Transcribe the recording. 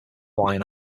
hawaiian